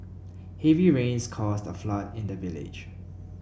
heavy rains caused a flood in the village